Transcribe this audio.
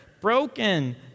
broken